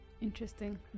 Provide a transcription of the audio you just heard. Interesting